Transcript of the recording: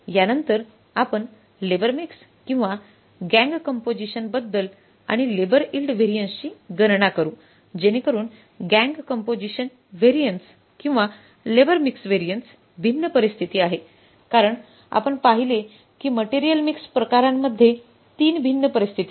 यानंतर आपण labour mix किंवा गॅंग कंपोझिशन बदल आणि लेबर इल्ड व्हॅरियन्सची गणना करू जेणेकरून गॅंग कंपोझिशन व्हॅरियन्स किंवा लेबर मिक्स व्हॅरियन्स भिन्न परिस्थिती आहे कारण आपण पाहिले की मटेरियल मिक्स प्रकारांमध्ये 3 भिन्न परिस्थिती आहेत